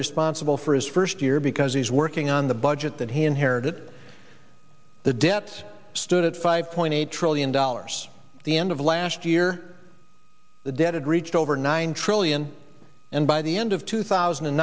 responsible for his first year because he's working on the budget that he inherited the debt stood at five point eight trillion dollars the end of last year the debt had reached over nine trillion and by the end of two thousand and